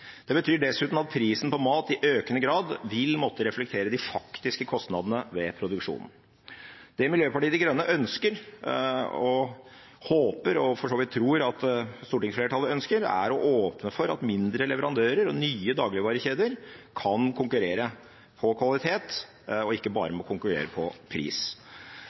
Det betyr dessuten at prisen på mat i økende grad vil måtte reflektere de faktiske kostnadene ved produksjonen. Det Miljøpartiet De Grønne ønsker og håper – og for så vidt tror at stortingsflertallet ønsker – er å åpne for at mindre leverandører og nye dagligvarekjeder kan konkurrere på kvalitet og ikke bare må konkurrere på pris.